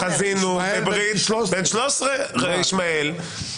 אנחנו חזינו בברית לילד בן 13, ישמעאל.